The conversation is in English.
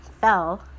fell